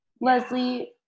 leslie